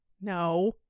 No